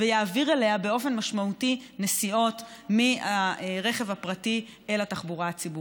ויעביר באופן משמעותי נסיעות מהרכב הפרטי אל התחבורה הציבורית.